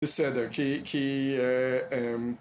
‫לסדר, כי כי...